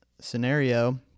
scenario